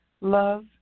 Love